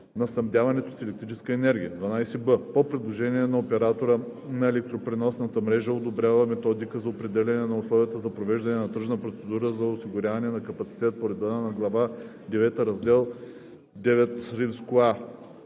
на снабдяването с електрическа енергия; 12б. по предложение на оператора на електропреносната мрежа, одобрява методика за определяне на условията за провеждане на тръжна процедура за осигуряване на капацитет, по реда на глава девета, раздел IXА;